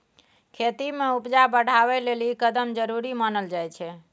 खेती में उपजा बढ़ाबइ लेल ई कदम जरूरी मानल जाइ छै